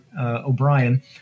O'Brien